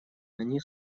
они